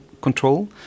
control